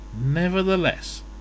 Nevertheless